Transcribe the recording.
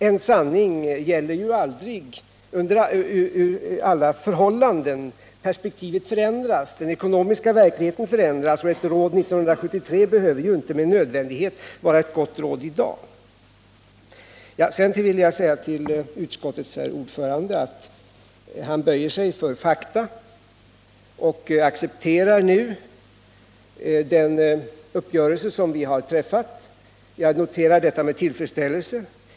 En sanning gäller ju aldrig under alla förhållanden — perspektivet och den ekonomiska verkligheten förändras, och ett gott råd år 1973 behöver inte med nödvändighet vara ett gott råd i dag. Sedan konstaterar jag att utskottets herr ordförande böjer sig för fakta. Han accepterar nu den uppgörelse som vi har träffat. Jag noterar detta med tillfredsställelse.